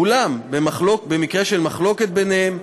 אולם במקרה של מחלוקת ביניהם,